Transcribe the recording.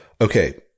Okay